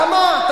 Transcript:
ואמרת,